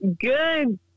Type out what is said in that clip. Good